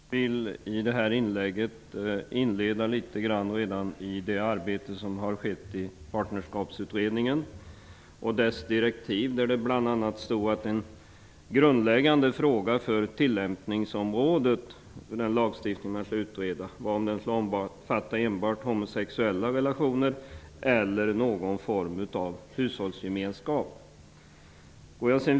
Herr talman! Jag vill i det här inlägget tala litet grand om det arbete som har skett i står att en grundläggande fråga vad gäller tillämpningsområdet av den aktuella lagstiftning var om den skulle omfatta enbart homosexuella relationer eller någon form av hushållsgemenskap.